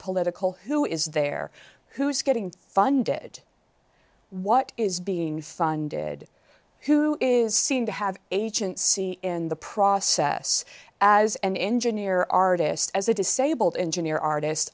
political who is there who is getting funded what is being son dead who is seen to have agency in the process as an engineer artist as a disabled engineer artist